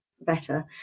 Better